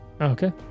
Okay